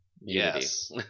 Yes